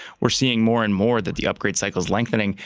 we're seeing more and more that the upgrade cycle is lengthening.